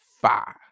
five